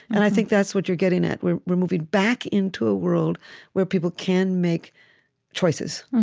and i think that's what you're getting at we're we're moving back into a world where people can make choices.